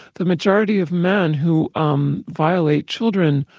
the majority of men who um violate children,